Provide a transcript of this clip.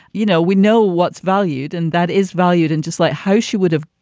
you know, we know what's valued and that is valued. and just like how she would have.